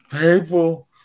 people